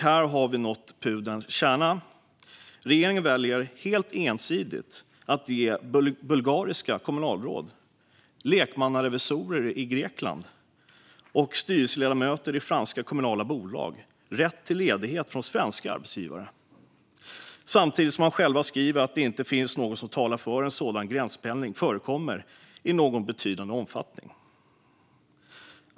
Här har vi nått pudelns kärna: Regeringen väljer, helt ensidigt, att ge bulgariska kommunalråd, lekmannarevisorer i Grekland och styrelseledamöter i franska kommunala bolag rätt till ledighet från svenska arbetsgivare samtidigt som man själv skriver att det inte finns något som talar för att en sådan gränspendling förekommer i någon betydande omfattning.